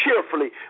cheerfully